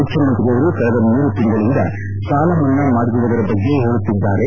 ಮುಖ್ಯಮಂತ್ರಿಯವರು ಕಳೆದ ಮೂರು ತಿಂಗಳನಿಂದ ಸಾಲ ಮನ್ನಾ ಮಾಡಿರುವುದರ ಬಗ್ಗೆ ಹೇಳುತ್ತಿದ್ದಾರೆ